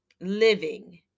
Living